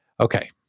Okay